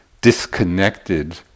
disconnected